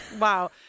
wow